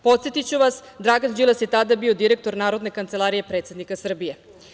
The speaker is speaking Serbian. Podsetiću vas, Dragan Đilas je tada bio direktor Narodne kancelarije predsednika Srbije.